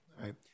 Right